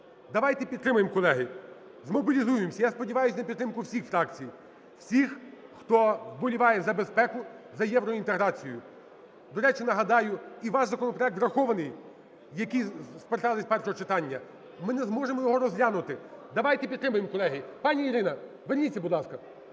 Давайте підтримаємо, колеги, змобілізуємося, я сподіваюсь на підтримку всіх фракцій, всіх, хто вболіває за безпеку, за євроінтеграцію. До речі, нагадаю, і ваш законопроект врахований, який ……….. з першого читання. Ми не зможемо його розглянути. Давайте підтримаємо, колеги. Пані Ірина, верніться, будь ласка.